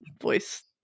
voice